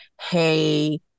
Hey